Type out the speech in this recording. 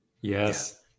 Yes